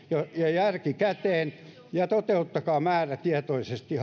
järki käteen ja toteuttakaa määrätietoisesti